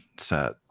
set